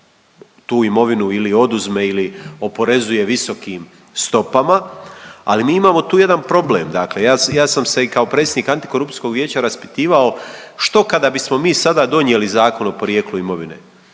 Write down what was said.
tu imovinu ili oduzme ili oporezuje visokim stopama. Ali mi tu imamo jedan problem, dakle ja sam se i kao predsjednik antikorupcijskog vijeća raspitivao što kada bismo mi sada donijeli Zakon o porijeklu imovine.